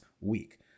week